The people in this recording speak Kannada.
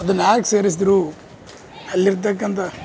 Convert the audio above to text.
ಅದನ್ನ್ಯಾಕೆ ಸೇರಿಸ್ದರು ಅಲ್ಲಿರ್ತಕಂಥ